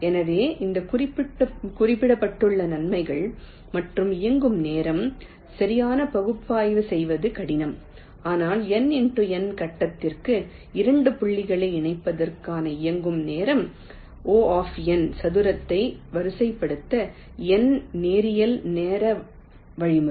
எனவே இவை குறிப்பிடப்பட்டுள்ள நன்மைகள் மற்றும் இயங்கும் நேரம் சரியாக பகுப்பாய்வு செய்வது கடினம் ஆனால் N x N கட்டத்திற்கு 2 புள்ளிகளை இணைப்பதற்கான இயங்கும் நேரம் O சதுரத்தை வரிசைப்படுத்த N நேரியல் நேர வழிமுறை